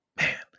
Man